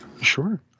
Sure